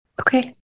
Okay